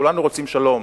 כולנו רוצים שלום,